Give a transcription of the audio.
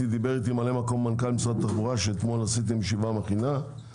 דיבר איתי ממלא מקום מנכ"ל משרד התחבורה שאתמול עשיתם ישיבה מכינה.